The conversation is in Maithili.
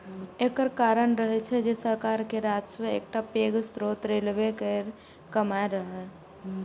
एकर कारण रहै जे सरकार के राजस्वक एकटा पैघ स्रोत रेलवे केर कमाइ रहै